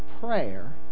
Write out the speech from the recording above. prayer